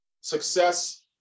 success